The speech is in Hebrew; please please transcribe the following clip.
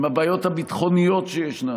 הבעיות הביטחוניות שישנן,